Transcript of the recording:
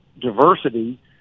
diversity